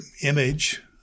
image